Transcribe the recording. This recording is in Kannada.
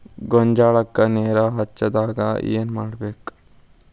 ಗೊಂಜಾಳಕ್ಕ ನೇರ ಹೆಚ್ಚಾದಾಗ ಏನ್ ಮಾಡಬೇಕ್?